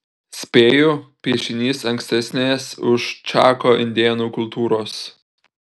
spėju piešinys ankstesnės už čako indėnų kultūros